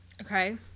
okay